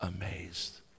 amazed